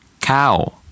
cow